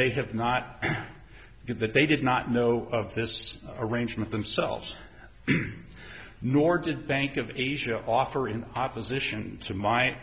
they have not and that they did not know of this arrangement themselves nor did bank of asia offer in opposition to my